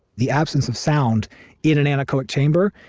the absence of sound in an anechoic chamber.